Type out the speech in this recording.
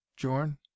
Jorn